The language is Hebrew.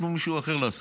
תנו למישהו אחר לעשות.